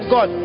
God